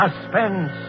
suspense